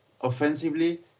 offensively